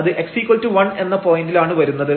അത് x1 എന്ന പോയന്റിലാണ് വരുന്നത്